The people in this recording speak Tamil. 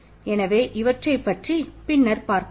எனவே இவற்றைப் பற்றி பின்னர் பார்க்கலாம்